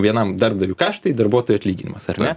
vienam darbdaviui kaštai darbuotojo atlyginimas ar ne